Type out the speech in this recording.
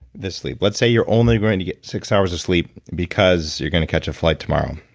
this sleep. let's say you're only going to get six hours of sleep because you're going to catch a flight tomorrow,